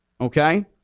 Okay